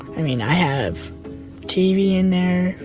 i mean i have tv in there,